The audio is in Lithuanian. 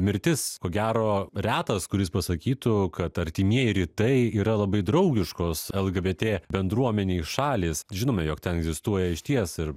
mirtis ko gero retas kuris pasakytų kad artimieji rytai yra labai draugiškos lgbt bendruomenei šalys žinome jog ten egzistuoja išties ir